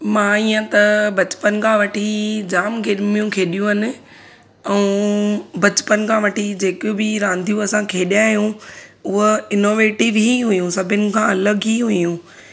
मां हीअं त बचपन खां वठी जाम गेमियूं खेॾियूं आहिनि ऐं बचपन खां वठी जेकियूं बि रांधियूं असां खेॾिया आहियूं उहा इनोवेटीव ही हुयूं सभिनि खां अलॻि ई हुयूं